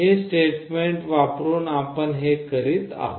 हे स्टेटमेंट वापरुन आपण हे करीत आहोत